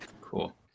Cool